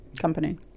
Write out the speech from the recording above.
Company